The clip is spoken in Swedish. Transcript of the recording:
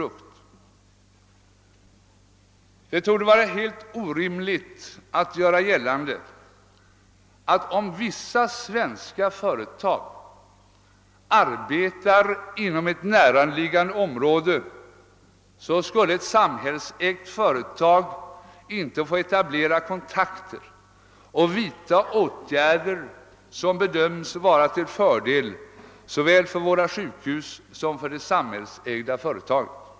Det torde vara helt orimligt att göra gällande att om vissa svenska företag arbetar inom ett näraliggande område, skulle ett samhällsägt företag inte få etablera kontakter och vidta åtgärder som bedöms vara till fördel såväl för våra sjukhus som för det samhällsägda företaget.